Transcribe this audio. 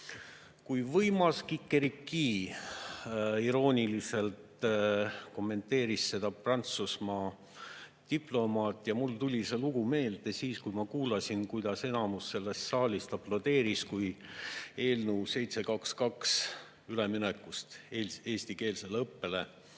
"Kui võimas, kikerikii!" Niimoodi irooniliselt kommenteeris seda Prantsusmaa diplomaat. Mulle tuli see lugu meelde siis, kui ma kuulasin, kuidas enamik sellest saalist aplodeeris, kui eelnõu 722, üleminek eestikeelsele õppele,